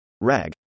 RAG